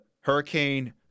hurricane